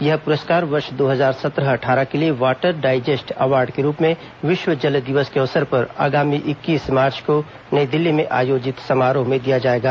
यह पुरस्कार वर्ष दो हजार सत्रह अट्ठारह के लिए वाटर डाइजेस्ट अवॉर्ड के रूप में विश्व जल दिवस के अवसर पर आगामी इक्कीस मार्च को नई दिल्ली में आयोजित समारोह में दिया जाएगा